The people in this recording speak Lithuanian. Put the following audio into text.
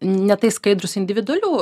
ne tai skaidrūs individualiu